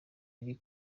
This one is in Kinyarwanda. iri